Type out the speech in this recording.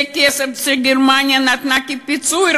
זה כסף שגרמניה נתנה כפיצוי,